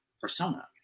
persona